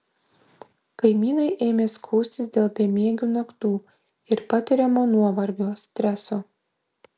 kaimynai ėmė skųstis dėl bemiegių naktų ir patiriamo nuovargio streso